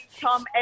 Tom